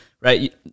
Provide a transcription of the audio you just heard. right